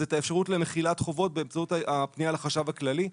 זה את האפשרות למחילת חובות באמצעות הפנייה לחשב הכללי.